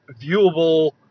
viewable